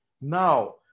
Now